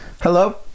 Hello